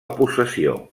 possessió